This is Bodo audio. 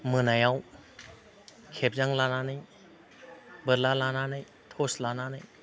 मोनायाव खेबजां लानानै बोरला लानानै टर्स लानानै